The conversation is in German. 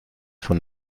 von